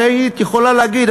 הרי היית יכולה להגיד,